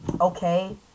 Okay